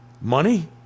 Money